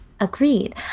Agreed